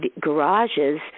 garages